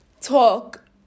talk